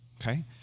Okay